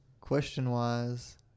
question-wise